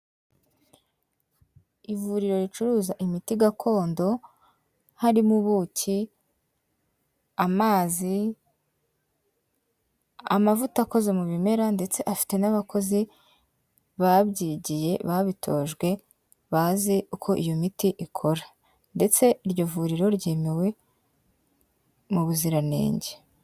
Ivuriro ricuruza imiti gakondo, harimo ubuki, amazi, amavuta akoze mu bimera ndetse afite n'abakozi babyigiye, babitojwe, bazi uko iyo miti ikora. Ndetse iryo vuriro ryemewe mu buziranenge.